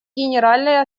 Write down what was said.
генеральной